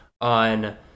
on